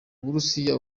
burusiya